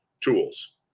tools